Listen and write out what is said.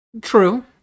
True